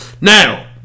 now